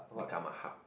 become a hub